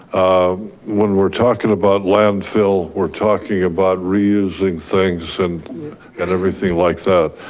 um when we're talking about landfill, we're talking about reusing things and and everything like that.